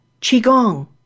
Qigong